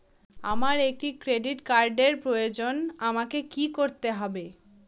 আমার একটি ক্রেডিট কার্ডের প্রয়োজন আমাকে কি করতে হবে?